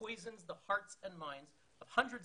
תודה על הפרספקטיבה הזאת וכמובן על העשייה.